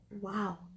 Wow